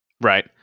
Right